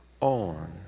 on